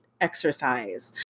exercise